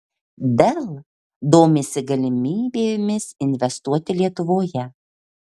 dell domisi galimybėmis investuoti lietuvoje